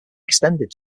extended